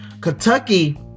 Kentucky